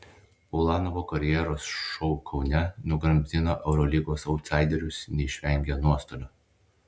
ulanovo karjeros šou kaune nugramzdino eurolygos autsaiderius neišvengė nuostolių